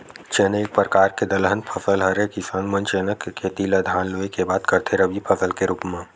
चना एक परकार के दलहन फसल हरय किसान मन चना के खेती ल धान लुए के बाद करथे रबि फसल के रुप म